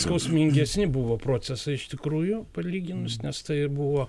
skausmingesni buvo procesai iš tikrųjų palyginus nes tai ir buvo